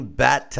bat